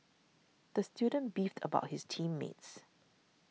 the student beefed about his team mates